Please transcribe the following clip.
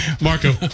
Marco